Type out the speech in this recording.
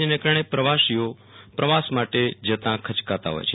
જેને કારણે પ્રવાસીઓ પ્રવાસ માટે જતા ખચકાતા હોય છે